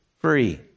free